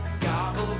Gobble